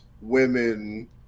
women